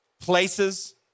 places